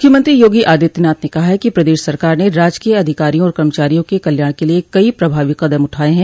मुख्यमंत्री योगी आदित्यनाथ ने कहा है कि प्रदेश सरकार ने राजकीय अधिकारियों और कर्मचारियों के कल्याण के लिये कई प्रभावी कदम उठाये हैं